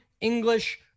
English